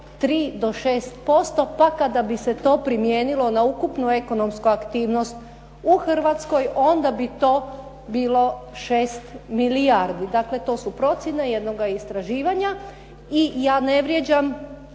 3 do 6%, pa kada bi se to primijenilo na ukupnu ekonomsku aktivnost u Hrvatskoj, onda bi to bilo 6 milijardi. Dakle, to su procjene jednoga istraživanja. I ja ne vrijeđam